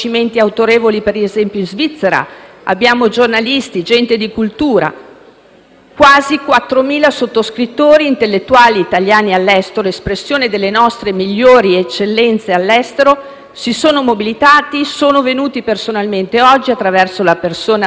Quasi 4.000 sottoscrittori, intellettuali italiani all'estero, espressione delle nostre migliori eccellenze all'estero, si sono mobilitati. Queste persone sono venute personalmente oggi e, attraverso la persona della professoressa Parducci, hanno consegnato quasi 4.000 firme